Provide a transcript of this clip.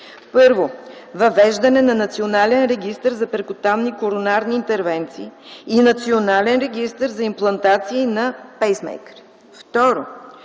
Първо, въвеждане на национален регистър за перкутанни коронарни интервенции и национален регистър за имплантации на пейсмейкъри. Второ,